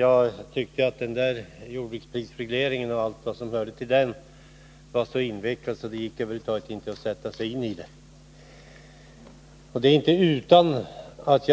Han tyckte att jordbruksprisregleringen och allt vad som hörde till den var så invecklade frågor att det över huvud taget inte gick att sätta sigini dem. Det är inte utan att